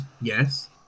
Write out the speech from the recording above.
Yes